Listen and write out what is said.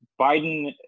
Biden